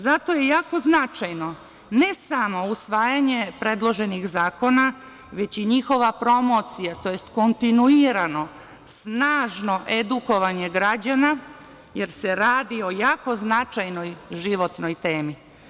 Zato je jako značajno, ne samo usvajanje predloženih zakona, već i njihova promocija tj. kontinuirano, snažno edukovanje građana, jer se radi o jako značajnoj životnoj temi.